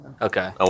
Okay